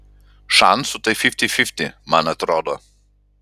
šansų tai fifty fifty man atrodo